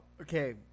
Okay